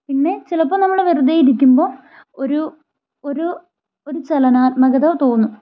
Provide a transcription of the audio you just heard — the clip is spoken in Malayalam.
പിന്നെ ചിലപ്പോൾ നമ്മൾ വെറുതെ ഇരിക്കുമ്പോൾ ഒരു ഒരു ഒരു ചലനാത്മകത തോന്നും